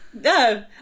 No